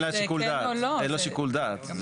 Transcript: אין לה שיקול דעת.